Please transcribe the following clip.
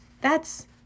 That's